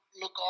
look